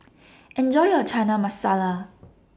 Enjoy your Chana Masala